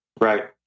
Right